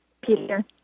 Peter